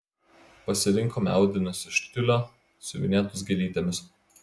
pasirinkome audinius iš tiulio siuvinėtus gėlytėmis